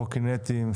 קורקינטים,